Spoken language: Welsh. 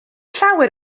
llawer